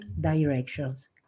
directions